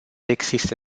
existe